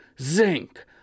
zinc